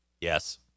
Yes